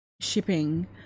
shipping